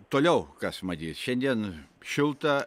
toliau kas matyt šiandien šilta